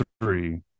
three